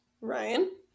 Ryan